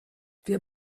wir